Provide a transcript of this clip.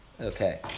Okay